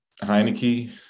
Heineke